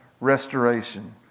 restoration